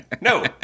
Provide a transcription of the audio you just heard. no